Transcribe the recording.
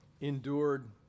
endured